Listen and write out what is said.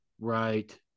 Right